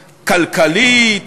כלכלית,